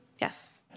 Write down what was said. Yes